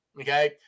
okay